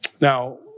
Now